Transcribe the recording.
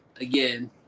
again